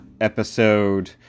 episode